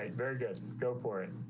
ah very good. go for it.